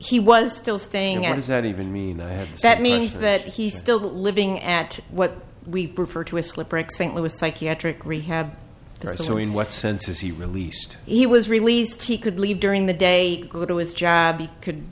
he was still staying at is that even mean that that means that he's still living at what we refer to a slip break st louis psychiatric rehab or so in what sense is he released he was released he could leave during the day go to his job he could